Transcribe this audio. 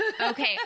Okay